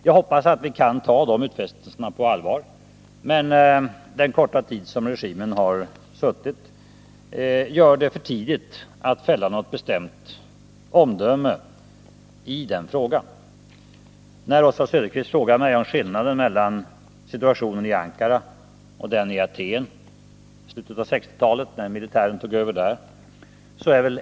Jag hoppas att vi kan ta de utfästelserna på allvar, men det är med hänsyn till den korta tid som regimen suttit vid makten för tidigt att avge något bestämt omdöme i den frågan. Oswald Söderqvist frågar vad det är för skillnad mellan situationen i Ankara och deni Ateni slutet av 1960-talet, när militären tog över där.